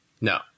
No